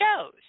shows